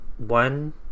one